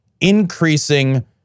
increasing